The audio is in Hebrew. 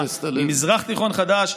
ממזרח תיכון חדש,